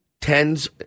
tens